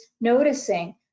noticing